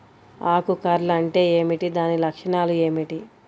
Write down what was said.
ఆకు కర్ల్ అంటే ఏమిటి? దాని లక్షణాలు ఏమిటి?